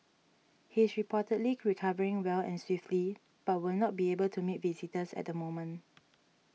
he is reportedly recovering well and swiftly but will not be able to meet visitors at the moment